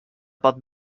pot